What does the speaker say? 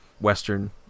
Western